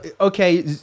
Okay